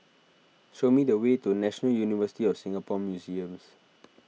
show me the way to National University of Singapore Museums